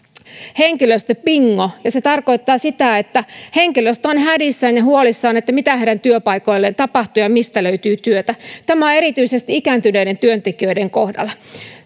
henkilöstöbingo ja se tarkoittaa sitä että henkilöstö on hädissään ja huolissaan siitä mitä heidän työpaikoilleen tapahtuu ja mistä löytyy työtä tämä on erityisesti ikääntyneiden työntekijöiden kohdalla